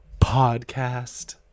podcast